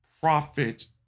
profit